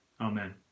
Amen